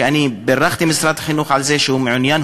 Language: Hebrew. ואני בירכתי את משרד החינוך על זה שהוא מעוניין,